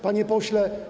Panie Pośle!